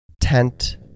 tent